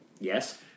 Yes